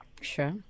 Sure